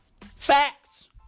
Facts